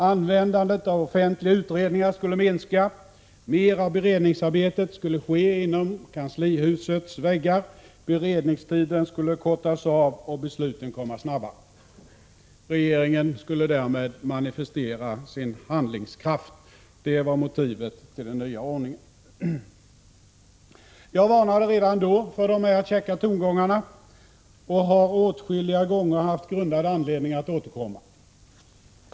Användandet av offentliga utredningar skulle minska, mer av beredningsarbetet skulle ske inom kanslihusets väggar, beredningstiden skulle därmed kortas av och besluten komma snabbare. Regeringen skulle därmed manifestera sin handlingskraft — det var motivet till den nya ordningen. Jag varnade redan då för de här käcka tongångarna och har åtskilliga gånger haft grundad anledning att återkomma.